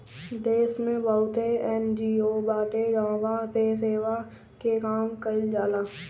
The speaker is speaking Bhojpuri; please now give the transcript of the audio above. देस में बहुते एन.जी.ओ बाटे जहवा पे सेवा के काम कईल जाला